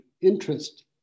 interest